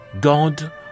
God